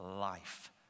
life